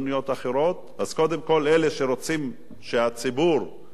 אז קודם כול, אלה שרוצים שהציבור ידאג להם